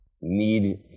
need